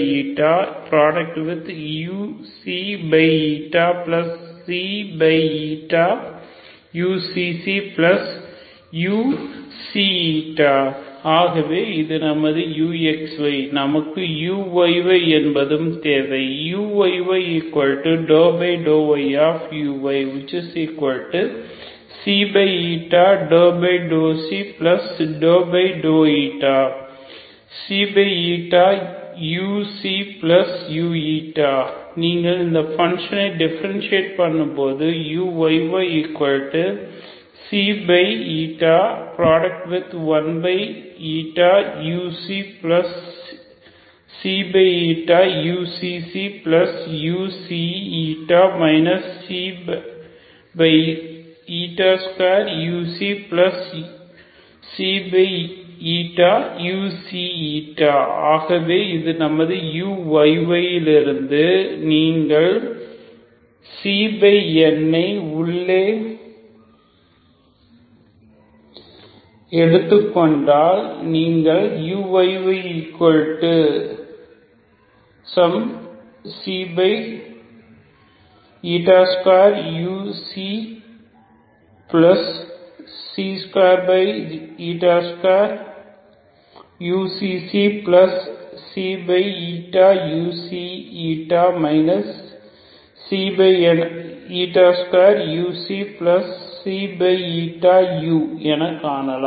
uxy∂xuy 2uuξξu ஆகவே இது நமது uxy நமக்கு uyy என்பதும் தேவை uyy∂yuy∂ηuu நீங்கள் இந்த பங்க்ஷனை டிஃபரண்ஷியெட் பண்ணும் போதுuyy1uuξξu 2uuuηη ஆகவே இது நமது uyy இதிலிருந்து இதிலிருந்து நீங்கள் ஐ உள்ளே எடுத்துக் கொண்டால் நீங்கள் uyy2u22uξξu 2uuuηη என காணலாம்